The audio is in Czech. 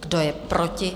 Kdo je proti?